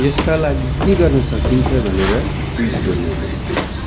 यसका लागि के गर्न सकिन्छ भनेर ट्विट गर्नुहोस्